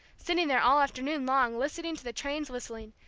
sitting there all afternoon long listening to the trains whistling,